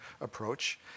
approach